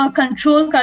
control